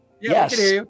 yes